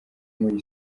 muri